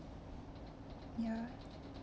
ya